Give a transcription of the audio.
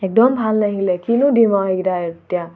একদম ভাল নাহিলে কিনো দিম মই এইকেইটা এতিয়া